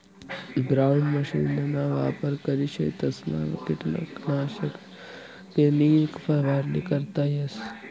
ground मशीनना वापर करी शेतसमा किटकनाशके नी फवारणी करता येस